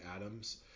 atoms